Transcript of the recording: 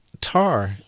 tar